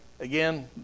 again